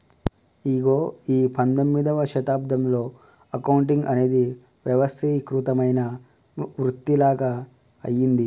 ఇగో ఈ పందొమ్మిదవ శతాబ్దంలో అకౌంటింగ్ అనేది వ్యవస్థీకృతమైన వృతిలాగ అయ్యింది